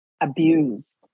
abused